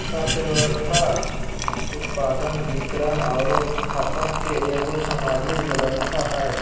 अर्थव्यवस्था उत्पादन, वितरण औरो खपत के एगो सामाजिक व्यवस्था हइ